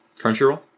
Crunchyroll